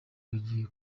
bagiye